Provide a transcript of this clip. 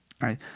right